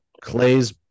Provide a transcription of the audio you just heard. Clay's